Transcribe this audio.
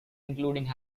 including